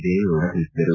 ದೇವೇಗೌಡ ತಿಳಿಸಿದರು